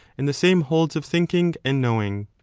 and the same holds of thinking and knowing.